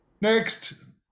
Next